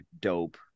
dope